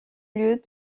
lieu